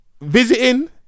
visiting